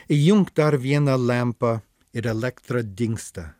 įjunk dar vieną lempą ir elektra dingsta